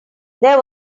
there